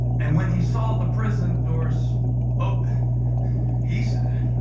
and when he saw the prison doors open he said,